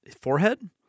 forehead